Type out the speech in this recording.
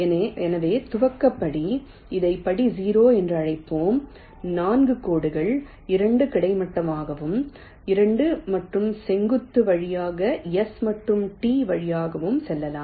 எனவே துவக்க படி இதை படி 0 என்று அழைப்போம் 4 கோடுகள் 2 கிடைமட்டமாகவும் 2 மற்றும் செங்குத்து வழியாக S மற்றும் T வழியாகவும் செல்லலாம்